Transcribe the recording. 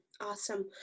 Awesome